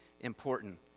important